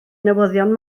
newyddion